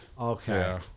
Okay